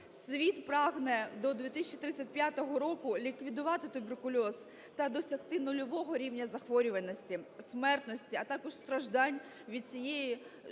Світ прагне до 2035 року ліквідувати туберкульоз та досягти нульового рівня захворюваності, смертності, а також страждань від цієї жахливої